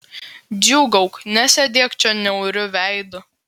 džiūgauk nesėdėk čia niauriu veidu